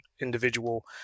individual